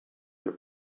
your